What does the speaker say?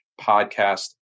podcast